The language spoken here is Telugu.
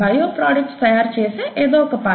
బయో ప్రొడక్ట్స్ తయారు చేసే ఎదో ఒక పాత్ర